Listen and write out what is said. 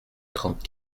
trente